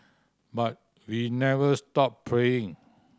but we never stop praying